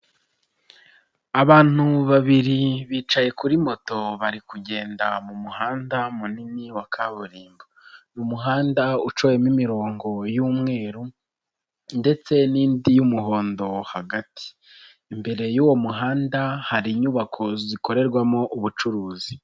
Abantu babiri bicaye kuri moto bari kugenda mu muhanda munini wa kaburimbo, ni umuhanda ucoyemo imirongo y'umweru ndetse n'indi y'umuhondo hagati, imbere y'uwo muhanda hari inyubako zikorerwamo ubucuruzi.